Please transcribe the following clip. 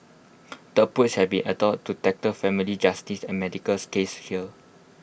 the approach has been adopted to tackle family justice and medicals cases here